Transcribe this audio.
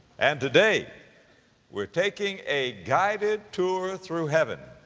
and today we're taking a guided tour through heaven.